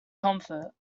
comfort